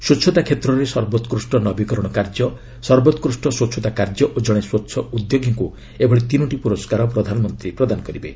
ସ୍ୱଚ୍ଚତା କ୍ଷେତ୍ରରେ ସର୍ବୋକୁଷ୍ଟ ନବିକରଣ କାର୍ଯ୍ୟ ସର୍ବୋକୃଷ୍ଟ ସ୍ୱଚ୍ଚତା କାର୍ଯ୍ୟ ଓ ଜଣେ ସ୍ୱଚ୍ଚ ଉଦ୍ୟୋଗୀଙ୍କୁ ଏଭଳି ତିନୋଟି ପୁରସ୍କାର ପ୍ରଧାନମନ୍ତ୍ରୀ ପ୍ରଦାନ କରିବେ